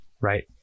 right